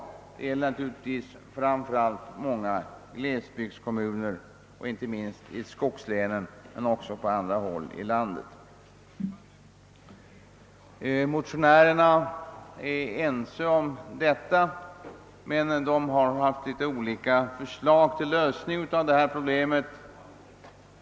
Det gäller framför allt många glesbygdskommuner, inte minst i skogslänen men också på andra håll i landet. Motionärerna är alltså ense om vad som är problemet men har något olika förslag till lösning.